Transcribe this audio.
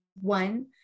One